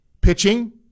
pitching